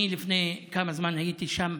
לפני כמה זמן הייתי שם,